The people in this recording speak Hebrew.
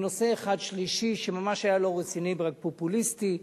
ונושא אחד שלישי שממש היה לא רציני, פופוליסטי.